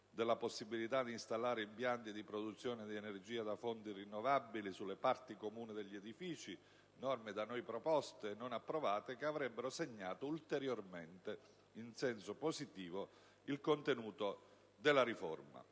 della possibilità di installare impianti di produzione di energia da fonti rinnovabili sulle parti comuni degli edifici, norme da noi proposte e non approvate, che avrebbero segnato ulteriormente in senso positivo il contenuto della riforma.